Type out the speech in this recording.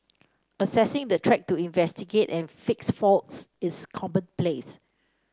assessing the track to investigate and fix faults is commonplace